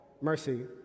mercy